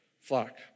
flock